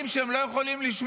אני רוצה להקשיב לך.